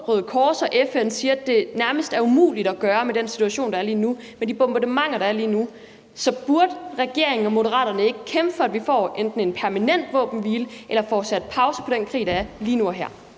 Røde Kors og FN siger, at det nærmest er umuligt at gøre i den situation, der er lige nu, altså med de bombardementer, der foregår lige nu? Så burde regeringen og Moderaterne ikke kæmpe for, at vi får enten en permanent våbenhvile, eller at vi får sat pause på den krig, der er, lige nu og her?